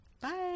Bye